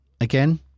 Again